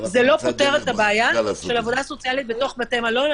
זה לא פותר את הבעיה של עבודה סוציאלית בתוך בתי מלון.